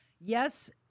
Yes